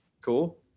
Cool